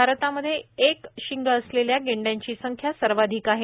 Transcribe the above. भारतामध्ये एक शिंग असलेल्या गेंड्यांची संख्या सर्वाधिक आहेत